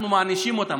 אנחנו מענישים אותם.